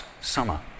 summer